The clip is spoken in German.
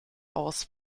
aus